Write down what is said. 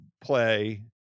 play